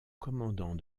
commandant